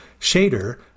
Shader